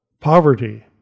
poverty